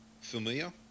familiar